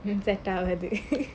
set ஆகாது:aagaathu